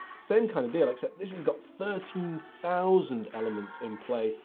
same kind of deal, except this has got thirteen thousand elements in play.